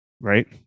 Right